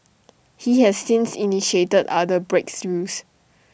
he has since initiated other breakthroughs